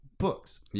Books